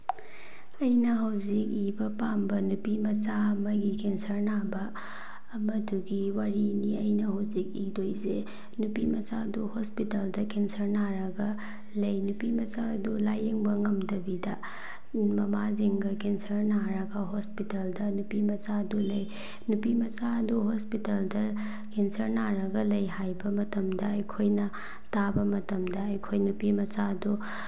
ꯑꯩꯅ ꯍꯧꯖꯤꯛ ꯏꯕ ꯄꯥꯝꯕ ꯅꯨꯄꯤꯃꯆꯥ ꯑꯃꯒꯤ ꯀꯦꯟꯁꯔ ꯅꯥꯕ ꯑꯃꯗꯨꯒꯤ ꯋꯥꯔꯤꯅꯤ ꯑꯩꯅ ꯍꯧꯖꯤꯛ ꯏꯗꯣꯏꯁꯦ ꯅꯨꯄꯤꯃꯆꯥꯗꯣ ꯍꯣꯁꯄꯤꯇꯥꯜꯗ ꯀꯦꯟꯁꯔ ꯅꯥꯔꯒ ꯂꯩ ꯅꯨꯄꯤꯃꯆꯥꯗꯨ ꯂꯥꯌꯦꯡꯕ ꯉꯝꯗꯕꯤꯗ ꯃꯃꯥꯁꯤꯡꯒ ꯀꯦꯟꯁꯔ ꯅꯥꯔꯒ ꯍꯣꯁꯄꯤꯇꯥꯜꯗ ꯅꯨꯄꯤꯃꯆꯥꯗꯨ ꯂꯩ ꯅꯨꯄꯤꯃꯆꯥ ꯑꯗꯨ ꯍꯣꯁꯄꯤꯇꯥꯜꯗ ꯀꯦꯟꯁꯔ ꯅꯥꯔꯒ ꯂꯩ ꯍꯥꯏꯕ ꯃꯇꯝꯗ ꯑꯩꯈꯣꯏꯅ ꯇꯥꯕ ꯃꯇꯝꯗ ꯑꯩꯈꯣꯏ ꯅꯨꯄꯤꯃꯆꯥ ꯑꯗꯨ